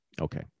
Okay